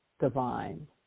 divine